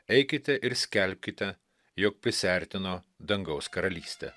eikite ir skelbkite jog prisiartino dangaus karalystė